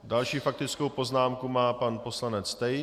Další faktickou poznámku má pan poslanec Tejc.